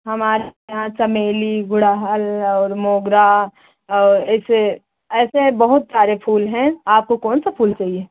हमारे यहाँ चमेली गुड़हल और मोगरा और ऐसे ऐसे बहुत सारे फूल है आपको कौन सा फूल चाहिए